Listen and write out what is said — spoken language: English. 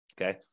Okay